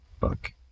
Fuck